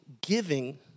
giving